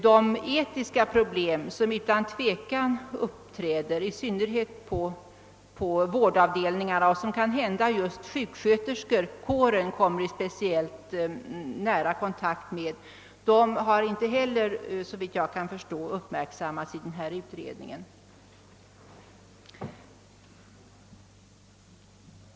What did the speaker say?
De etiska problem, som utan tvivel uppträder, i synnerhet på vårdavdelningarna, och som kanhända just sjuksköterskorna kommer i speciellt nära kontakt med, har inte heller såvitt jag förstår uppmärksammats av denna utredning.